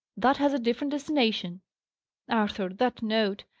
that has a different destination arthur! that note,